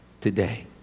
today